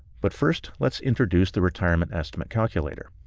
but first let's introduce the retirement estimate calculator.